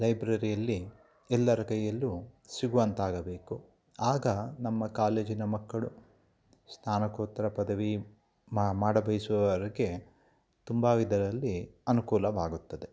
ಲೈಬ್ರೆರಿಯಲ್ಲಿ ಎಲ್ಲಾರ ಕೈಯಲ್ಲೂ ಸಿಗುವಂತಾಗಬೇಕು ಆಗ ನಮ್ಮ ಕಾಲೇಜಿನ ಮಕ್ಕಳು ಸ್ಥಾನಕೋತ್ತರ ಪದವಿ ಮಾಡ ಬಯಸುವವರಿಗೆ ತುಂಬ ವಿದರಲ್ಲಿ ಅನುಕೂಲವಾಗುತ್ತದೆ